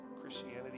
Christianity